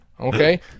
Okay